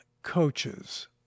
Coaches